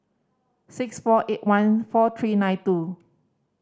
six four eight one four three nine two